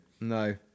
No